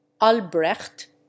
Albrecht